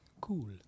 cool